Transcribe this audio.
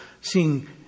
seeing